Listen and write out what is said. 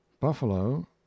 Buffalo